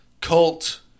cult